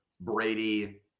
Brady